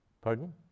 Pardon